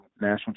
national